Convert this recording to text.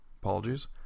Apologies